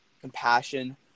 compassion